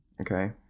Okay